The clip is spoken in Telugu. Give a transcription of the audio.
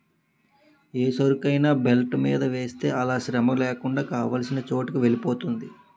ఏ సరుకైనా బెల్ట్ మీద వేస్తే అలా శ్రమలేకుండా కావాల్సిన చోటుకి వెలిపోతుంది